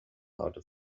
outer